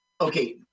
Okay